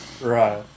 Right